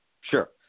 Sure